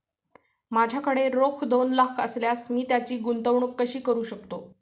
माझ्याकडे रोख दोन लाख असल्यास मी त्याची गुंतवणूक कशी करू शकतो?